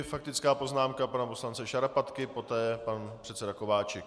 Faktická poznámka pana poslance Šarapatky, poté pan předseda Kováčik.